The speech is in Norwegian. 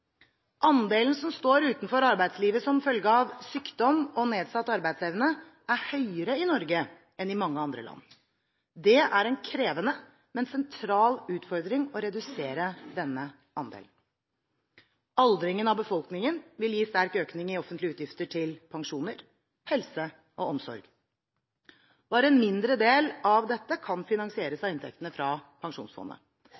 Andelen som står utenfor arbeidslivet som følge av sykdom og nedsatt arbeidsevne, er høyere i Norge enn i mange andre land. Det er en krevende, men sentral utfordring å redusere denne andelen. Aldringen av befolkningen vil gi sterk økning i offentlige utgifter til pensjoner, helse og omsorg. Bare en mindre del av dette kan finansieres